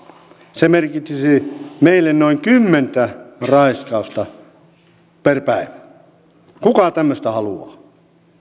se merkitsisi meille noin kymmentä raiskausta per päivä kuka tämmöistä haluaa